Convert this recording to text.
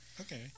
Okay